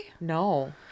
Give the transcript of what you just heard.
No